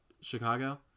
Chicago